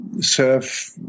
serve